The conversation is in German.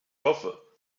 hoffe